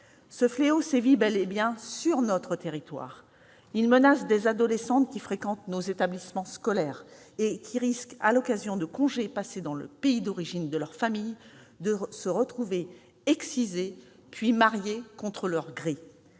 Ce fléau sévit bel et bien sur notre territoire. Il menace des adolescentes qui fréquentent nos établissements scolaires et qui risquent, à l'occasion de congés passés dans le pays d'origine de leur famille, de se retrouver excisées, puis mariées contre leur gré.